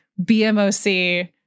BMOC